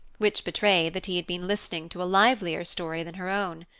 which betrayed that he had been listening to a livelier story than her own.